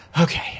okay